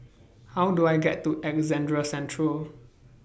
How Do I get to Alexandra Central